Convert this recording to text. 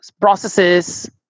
processes